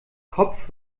kopf